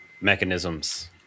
mechanisms